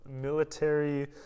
military